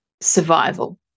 survival